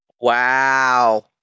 Wow